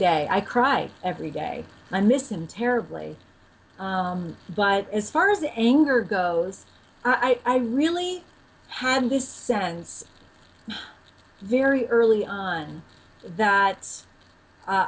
day i cry every day and i miss him terribly but as far as the anger goes i really had this sense very early on that i